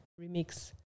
remix